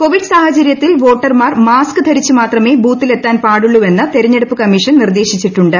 Covid സാഹചര്യത്തിൽ വോട്ടർമാർ mask ധരിച്ചു മാത്രമേ ബൂത്തിലെത്താൻ പാടുള്ളൂവെന്ന് തെരഞ്ഞെടുപ്പ് കമ്മീഷൻ നിർദ്ദേശിച്ചിട്ടുണ്ട്